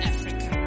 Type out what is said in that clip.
Africa